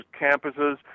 campuses